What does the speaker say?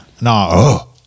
no